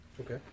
Okay